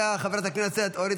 חבר הכנסת ינון אזולאי, אינו נוכח.